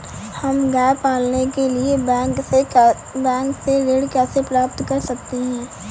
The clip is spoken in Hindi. हम गाय पालने के लिए बैंक से ऋण कैसे प्राप्त कर सकते हैं?